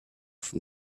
from